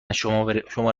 شماره